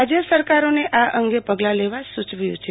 રાજય સરકારોને આ અંગે પગલાં લેવા સુચવ્યું છે